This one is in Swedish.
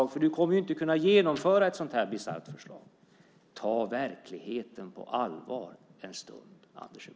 Finansministern kommer inte att kunna genomföra ett så här bisarrt förslag. Ta verkligheten på allvar en stund, Anders Borg!